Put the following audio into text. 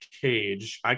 cage